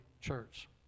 church